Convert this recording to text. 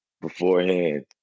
beforehand